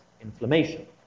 inflammation